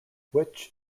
which